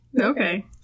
Okay